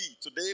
today